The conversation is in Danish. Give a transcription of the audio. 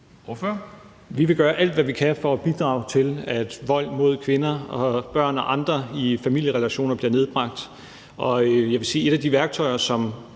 Vi vil gøre alt, hvad vi kan, for at bidrage til, at vold mod kvinder og børn og andre i familierelationer bliver nedbragt. Og jeg vil sige, at